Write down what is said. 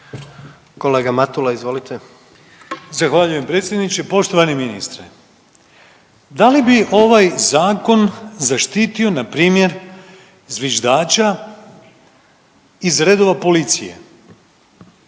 Vilim (Možemo!)** Zahvaljujem predsjedniče. Poštovani ministre da li bi ovaj zakon zaštitio npr. zviždača iz redova policije?